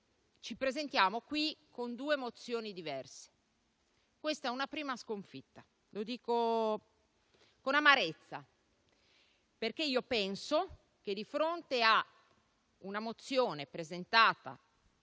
ci presentiamo qui con due mozioni diverse. Questa è una prima sconfitta e lo dico con amarezza. Penso che, di fronte a una mozione presentata